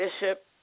Bishop